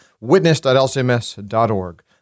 witness.lcms.org